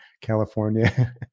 California